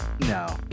No